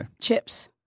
Chips